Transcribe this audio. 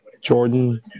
Jordan